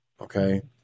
okay